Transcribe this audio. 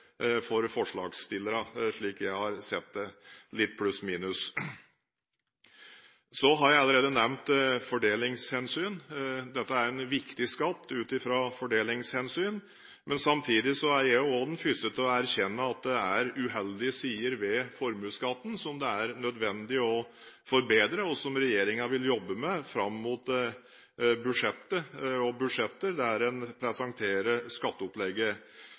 for forslagsstillerne, slik jeg har sett det – litt pluss/minus. Jeg har allerede nevnt fordelingshensyn. Dette er en viktig skatt ut fra fordelingshensyn. Samtidig er jeg den første til å erkjenne at det er uheldige sider ved formuesskatten som det er nødvendig å forbedre, og som regjeringen vil jobbe med fram mot budsjettet, der en presenterer skatteopplegget.